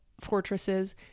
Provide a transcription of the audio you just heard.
fortresses